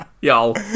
Y'all